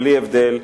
בלי הבדל,